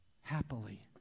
happily